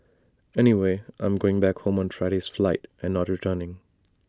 anyway I'm going back home on Friday's flight and not returning